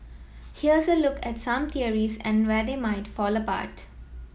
here's a look at some theories and where they might fall apart